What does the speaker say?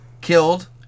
killed